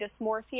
dysmorphia